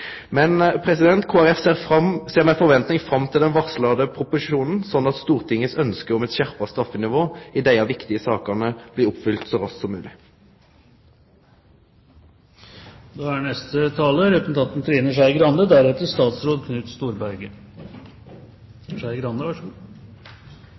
ser med forventning fram til den varsla proposisjonen, slik at Stortingets ønske om eit skjerpa straffenivå i desse viktige sakene blir oppfylt så rast som mogleg. Dette er